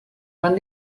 van